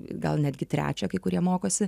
gal netgi trečią kai kurie mokosi